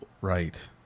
right